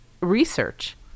research